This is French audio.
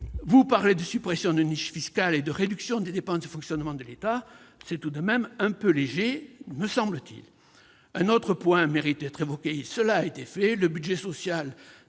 Vous parlez de suppression de niches fiscales et de réduction des dépenses de fonctionnement de l'État : c'est tout de même un peu léger, me semble-t-il. Un autre point mérite d'être évoqué, comme d'autres l'ont fait